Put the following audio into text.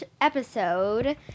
episode